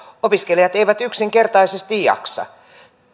opiskelijat eivät yksinkertaisesti jaksa